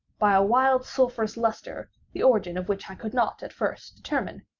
by a wild sulphurous lustre, the origin of which i could not at first determine,